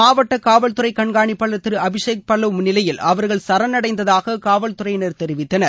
மாவட்ட காவல்துறை கண்காணிப்பாளர் திரு அபிசோக் பல்லவ் முள்ளிலையில் அவர்கள் சரணடைந்தாக காவல்துறையினர் தெரிவித்தனர்